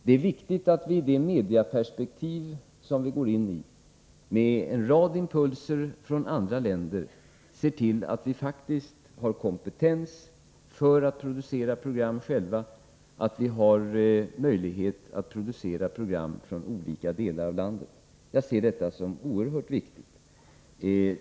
Det är viktigt att vi i det mediaperspektiv som vi går in i, med en rad impulser från andra länder, ser till att vi faktiskt har kompetens för att själva producera program och att vi har möjligheter att göra det från olika delar av landet. Jag ser detta som oerhört viktigt.